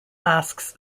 asks